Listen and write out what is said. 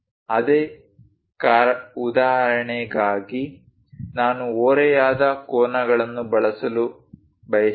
ಅದೇ ಉದಾಹರಣೆಗಾಗಿ ನಾನು ಓರೆಯಾದ ಕೋನಗಳನ್ನು ಬಳಸಲು ಬಯಸಿದರೆ